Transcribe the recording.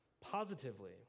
positively